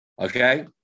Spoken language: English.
Okay